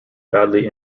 badly